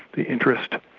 the interest,